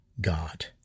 god